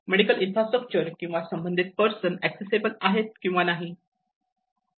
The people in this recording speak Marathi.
मेडिकल इन्फ्रास्ट्रक्चर किंवा संबंधित पर्सन एकसेस्सीबल आहेत किंवा नाही